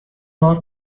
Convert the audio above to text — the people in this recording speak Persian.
بار